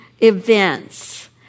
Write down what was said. events